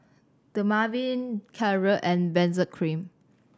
Dermaveen Caltrate and Benzac Cream